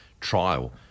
trial